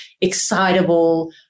excitable